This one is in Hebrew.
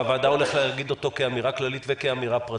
והוועדה הולכת להגיד אותו כאמירה כללית וכאמירה פרטית: